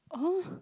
oh